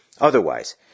Otherwise